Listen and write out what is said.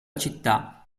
città